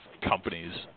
companies